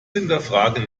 hinterfragen